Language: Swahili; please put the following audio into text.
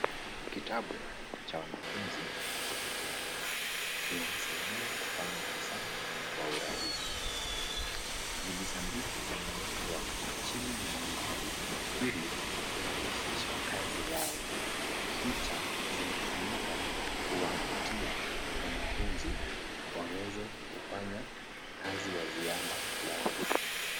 Kitabu cha wanafunzi wa chekechea kinawasaidia kufanya hesabu kwa urahisi. Vijisanduku vimewekwa chini ya nambari ili kurahisisha kazi zao. Picha zinatumika kuwavutia wanafunzi waweze kufanya kazi ya ziada yao.